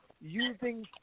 using